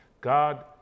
God